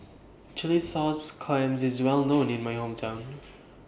Chilli Sauce Clams IS Well known in My Hometown